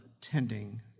tending